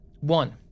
One –